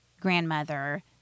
Grandmother